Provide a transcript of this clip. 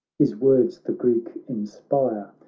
his words the greek inspire,